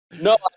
No